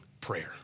prayer